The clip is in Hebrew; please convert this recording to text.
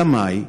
אלא מאי?